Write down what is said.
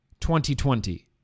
2020